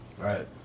Right